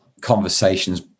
conversations